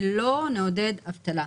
שלא נעודד אבטלה.